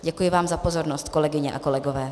Děkuji vám za pozornost, kolegyně a kolegové.